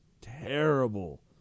terrible